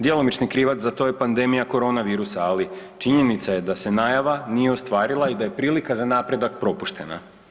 Djelomični krivac za to je pandemija korona virusa, ali činjenica je da se najava nije ostvarila i da je prilika za napredak propuštena.